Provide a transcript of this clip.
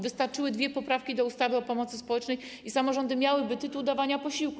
Wystarczyłyby dwie poprawki do ustawy o pomocy społecznej i samorządy miałyby tytuł do dawania posiłków.